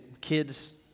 kids